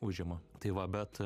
užima tai va bet